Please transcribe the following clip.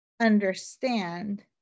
understand